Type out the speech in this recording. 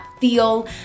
feel